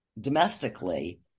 domestically